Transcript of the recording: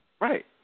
right